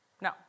No